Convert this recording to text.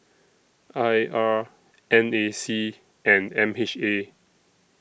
I R N A C and M H A